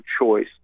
choice